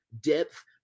depth